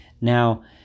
Now